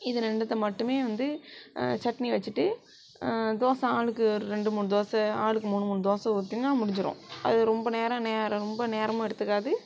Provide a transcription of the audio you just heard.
இது ரெண்டுத்த மட்டுமே வந்து சட்னி வச்சுட்டு தோசை ஆளுக்கு ஒரு ரெண்டு மூணு தோசை ஆளுக்கு மூணு மூணு தோசை ஊற்றுனா முடிஞ்சுடும் அது ரொம்ப நேரம் நேரம் ரொம்ப நேரமும் எடுத்துக்காது